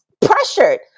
pressured